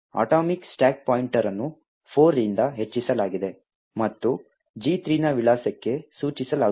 atomic stack pointer ಅನ್ನು 4 ರಿಂದ ಹೆಚ್ಚಿಸಲಾಗಿದೆ ಮತ್ತು G3 ನ ವಿಳಾಸಕ್ಕೆ ಸೂಚಿಸಲಾಗುತ್ತದೆ